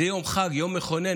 שזה יום חג, יום מכונן.